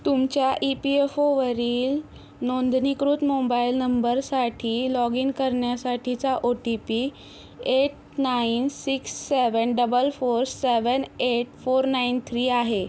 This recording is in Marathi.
तुमच्या ई पी एफ ओवरील नोंदनीकृत मोंबाईल नंबरसाठी लॉगइन करण्यासाठीचा O T P eight nine six seven double four seven eight four nine three आहे